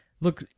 look